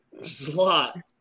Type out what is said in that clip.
slot